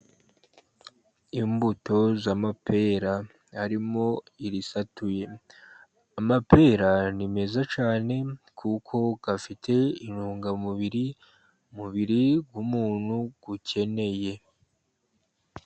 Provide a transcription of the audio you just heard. Imbuto z'amapera harimo irisatuye. Amapera ni meza cyane kuko afite intungamubiri umubiri w'umuntu ukeneye.